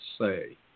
say